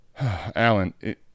Alan